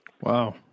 Wow